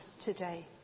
today